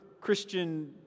Christian